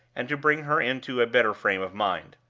and to bring her into a better frame of mind.